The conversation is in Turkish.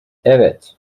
evet